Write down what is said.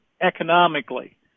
economically